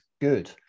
good